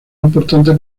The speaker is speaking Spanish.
importante